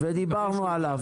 ודיברנו עליו.